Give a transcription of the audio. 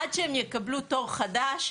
עד שהם יקבלו תור חדש,